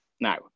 Now